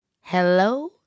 Hello